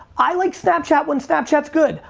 i like snapchat when snapchat's good.